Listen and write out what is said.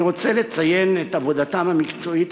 אני רוצה לציין את עבודתם המקצועית,